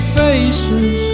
faces